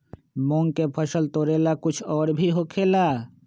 मूंग के फसल तोरेला कुछ और भी होखेला?